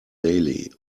daily